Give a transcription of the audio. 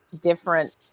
different